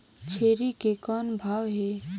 छेरी के कौन भाव हे?